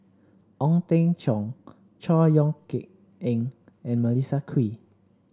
Ong Teng Cheong Chor Yeok Eng and Melissa Kwee